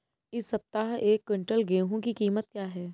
इस सप्ताह एक क्विंटल गेहूँ की कीमत क्या है?